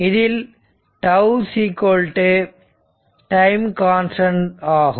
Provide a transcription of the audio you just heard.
இதில் τ Rc time constant ஆகும்